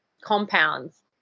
compounds